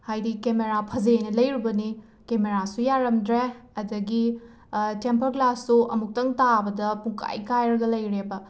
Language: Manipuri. ꯍꯥꯏꯗꯤ ꯀꯦꯃꯦꯔꯥ ꯐꯖꯩꯌꯦꯅ ꯂꯩꯔꯨꯕꯅꯤ ꯀꯦꯃꯦꯔꯥꯁꯨ ꯌꯥꯔꯝꯗ꯭ꯔꯦ ꯑꯗꯒꯤ ꯇꯦꯝꯄꯔ ꯒ꯭ꯂꯥꯁꯁꯨ ꯑꯃꯨꯛꯇꯪ ꯇꯥꯕꯗ ꯄꯨꯡꯀꯥꯏ ꯀꯥꯏꯔꯒ ꯂꯩꯔꯦꯕ